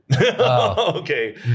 Okay